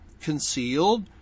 concealed